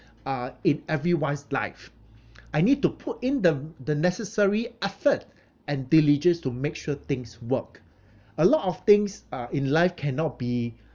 uh in everyone's life I need to put in the the necessary effort and diligence to make sure things work a lot of things uh in life cannot be